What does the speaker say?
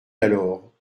alors